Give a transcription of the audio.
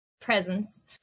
presence